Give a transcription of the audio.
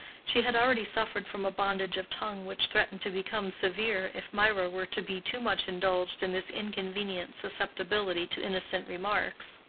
she had already suffered from a bondage of tongue which threatened to become severe if mirah were to be too much indulged in this inconvenient susceptibility to innocent remarks.